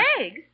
Eggs